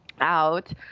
out